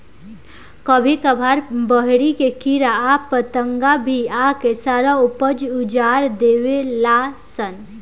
कभी कभार बहरी के कीड़ा आ पतंगा भी आके सारा ऊपज उजार देवे लान सन